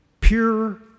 pure